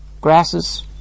Grasses